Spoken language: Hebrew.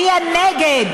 זה קיים גם היום.